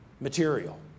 material